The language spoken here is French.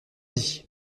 dit